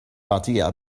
idea